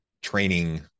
training